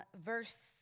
verse